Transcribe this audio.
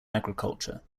agriculture